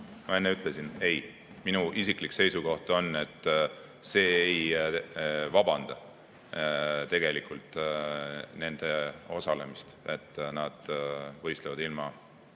Ma enne ütlesin: ei. Minu isiklik seisukoht on, et see ei vabanda tegelikult nende osalemist, et nad võistlevad ilma